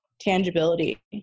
tangibility